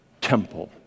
temple